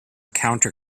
counter